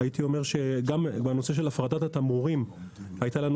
גם בנושא של הפרדת התמרורים הייתה לנו